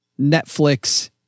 Netflix